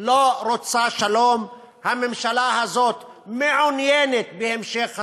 לא רוצה שלום, הממשלה הזאת מעוניינת בהמשך הסכסוך,